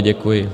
Děkuji.